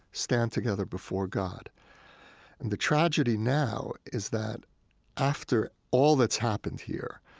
stand together before god and the tragedy now is that after all that's happened here,